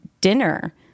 dinner